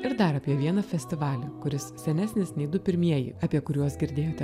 ir dar apie vieną festivalį kuris senesnis nei du pirmieji apie kuriuos girdėjote